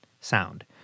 sound